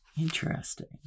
Interesting